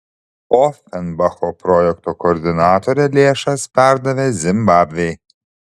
ofenbacho projekto koordinatorė lėšas perdavė zimbabvei